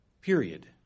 period